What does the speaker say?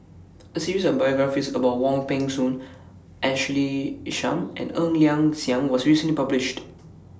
A series of biographies about Wong Peng Soon Ashley Isham and Ng Liang Chiang was recently published